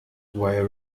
via